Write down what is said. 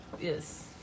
yes